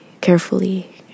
carefully